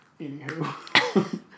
Anywho